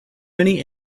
many